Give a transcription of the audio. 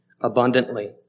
abundantly